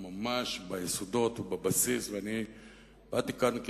הוא ממש ביסודות, הוא בבסיס, ואני באתי כאן, א.